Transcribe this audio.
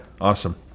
Awesome